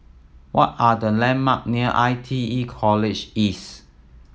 what are the landmark near I T E College East